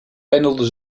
pendelde